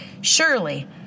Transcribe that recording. surely